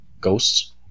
ghosts